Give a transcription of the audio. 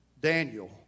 Daniel